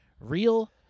real